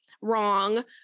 wrong